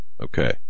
Okay